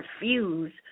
refuse